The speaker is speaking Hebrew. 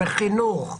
בחינוך,